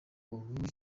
ubu